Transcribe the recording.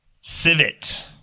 civet